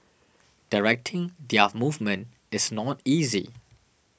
directing their movement is not easy